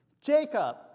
Jacob